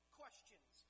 questions